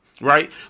right